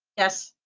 yes.